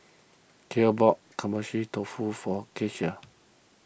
Cale bought Agedashi Dofu for Kelsey